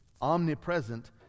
omnipresent